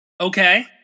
Okay